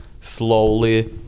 slowly